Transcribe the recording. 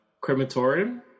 crematorium